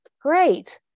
great